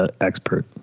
expert